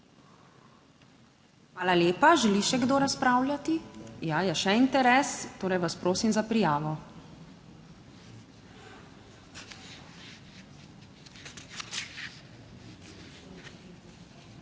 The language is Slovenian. Hvala lepa. Želi še kdo razpravljati? Ja, je še interes. Torej vas prosim za prijavo. Dva